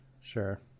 sure